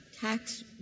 tax